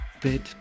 bit